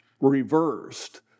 reversed